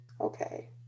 Okay